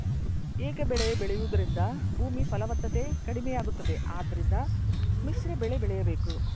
ಏಕಬೆಳೆ ಬೆಳೆಯೂದರಿಂದ ಭೂಮಿ ಫಲವತ್ತತೆ ಕಡಿಮೆಯಾಗುತ್ತದೆ ಆದ್ದರಿಂದ ಮಿಶ್ರಬೆಳೆ ಬೆಳೆಯಬೇಕು